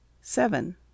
seven